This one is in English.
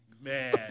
Man